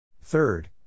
Third